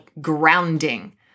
grounding